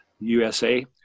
USA